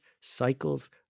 cycles